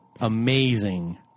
amazing